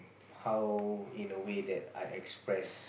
how in a way that I express